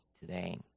today